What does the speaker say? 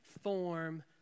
form